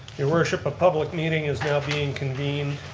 your worship, a public meeting is not being convened